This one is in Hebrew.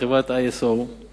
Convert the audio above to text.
חברת ISO ישראל,